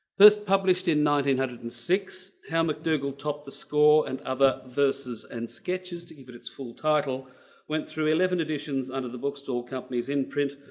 first published in nineteen hundred and six. how mcdougal topped the score and other verses and sketches to give it its full title went through eleven editions under the bookstall companies in print.